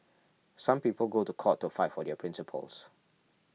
some people go to court to fight for their principles